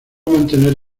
mantener